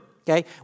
okay